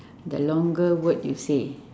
the longer word you say